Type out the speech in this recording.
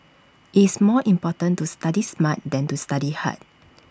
IT is more important to study smart than to study hard